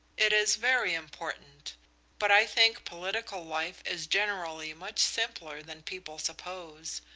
it is very important but i think political life is generally much simpler than people suppose.